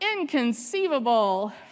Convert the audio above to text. inconceivable